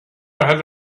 had